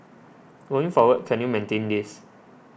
going forward can you maintain this